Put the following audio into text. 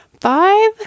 Five